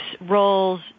roles